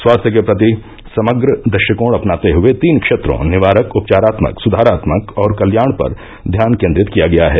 स्वास्थ्य के प्रति समग्र दृष्टिकोण अपनाते हुए तीन क्षेत्रों निवारक उपचारात्मक सुधारात्मक और कल्याण पर ध्यान केंद्रित किया गया है